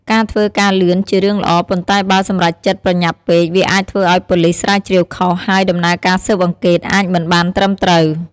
ការធ្វើការលឿន ជារឿងល្អ ប៉ុន្តែបើ សម្រេចចិត្តប្រញាប់ពេក វាអាចធ្វើឲ្យ ប៉ូលិសស្រាវជ្រាវខុស ហើយ ដំណើរការស៊ើបអង្កេត អាច មិនបានត្រឹមត្រូវ។